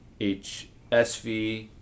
HSV